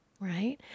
Right